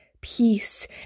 peace